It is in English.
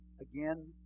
again